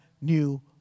new